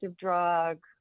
drug